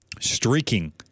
streaking